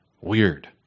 Weird